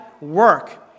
work